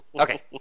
Okay